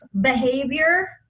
behavior